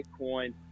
Bitcoin